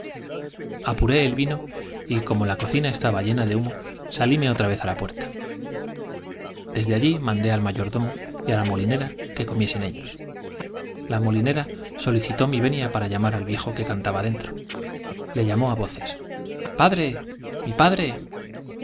sol apuré el vino y como la cocina estaba llena de humo salíme otra á la vez puerta desde allí mandé al mayordomo y á la molinera que comiesen ellos la molinera solicitó mi venia para llamar al viejo que cantaba dentro le llamó á voces j padre i mi padre